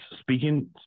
speaking